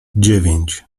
dziewięć